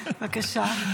בבקשה.